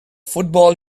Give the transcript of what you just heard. football